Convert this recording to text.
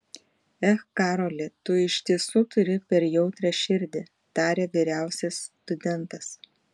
ech karoli tu iš tiesų turi per jautrią širdį tarė vyriausias studentas